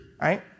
right